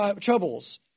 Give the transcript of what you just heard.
troubles